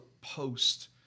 post